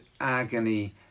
agony